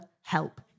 help